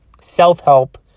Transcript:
self-help